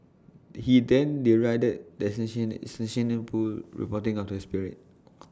he then derided the reporting of the spirit